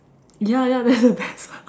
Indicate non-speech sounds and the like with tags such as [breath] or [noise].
ya ya that's the [breath] best [breath] part